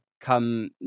come